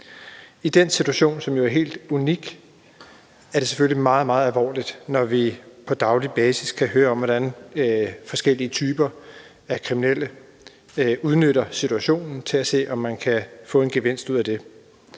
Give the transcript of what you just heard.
I den situation, som jo er helt unik, er det selvfølgelig meget, meget alvorligt, når vi på daglig basis kan høre om, hvordan forskellige typer af kriminelle udnytter situationen til at se, om man kan få en gevinst ud af det.